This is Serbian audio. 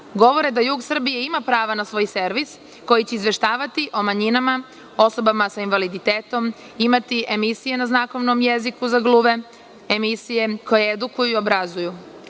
govore da jug Srbije ima prava na svoj servis koji će izveštavati o manjinama, osobama sa invaliditetom, imati emisije na znakovnom jeziku za gluve, emisije koje edukuju i obrazuju.